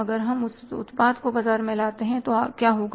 अगर हम इस उत्पाद को बाजार में लाते हैं तो क्या होगा